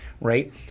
right